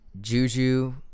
Juju